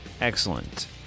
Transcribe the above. excellent